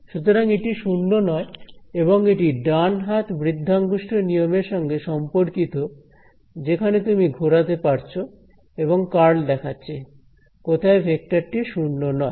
সুতরাং এটি 0 নয় এবং এটি ডান হাত বৃদ্ধাঙ্গুষ্ঠ নিয়মের সঙ্গে সম্পর্কিত যেখানে তুমি ঘোরাতে পারছ এবং কার্ল দেখাচ্ছে কোথায় ভেক্টর টি 0 নয়